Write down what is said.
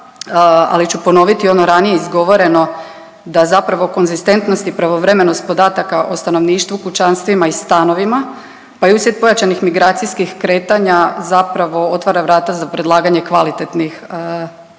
Ali ću ponoviti ono ranije izgovoreno da zapravo konzistentnost i pravovremenost podataka o stanovništvu, kućanstvima i stanovima, pa i uslijed pojačanih migracijskih kretanja zapravo otvara vrata za predlaganje kvalitetnih